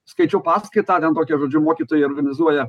skaičiau paskaitą ten tokia žodžiu mokytojai organizuoja